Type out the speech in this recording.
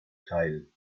teil